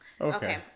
Okay